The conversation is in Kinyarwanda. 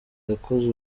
yakoze